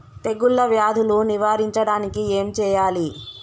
తెగుళ్ళ వ్యాధులు నివారించడానికి ఏం చేయాలి?